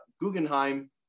Guggenheim